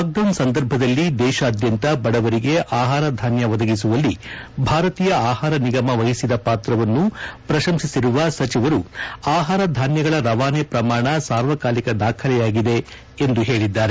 lockdown ಸಂದರ್ಭದಲ್ಲಿ ದೇಶಾದ್ಯಂತ ಬಡವರಿಗೆ ಆಹಾರಧಾನ್ಯ ಒದಗಿಸುವಲ್ಲಿ ಭಾರತೀಯ ಆಹಾರ ನಿಗಮ ವಹಿಸಿದ ಪಾತ್ರವನ್ನು ಪ್ರಶಂಸಿರುವ ಸಚಿವರು ಆಪಾರ ಧಾನ್ಯಗಳ ರವಾನೆ ಪ್ರಮಾಣ ಸಾರ್ವಕಾಲಿಕ ದಾಖಲೆಯಾಗಿದೆ ಎಂದು ಪೇಳಿದ್ದಾರೆ